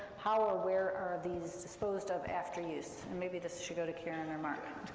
how or where are these disposed of after use? and maybe this should go to karen or mark,